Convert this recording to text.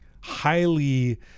highly